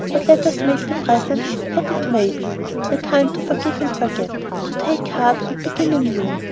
but let us make the present what it may be a time to forgive and forget, to take heart and begin anew.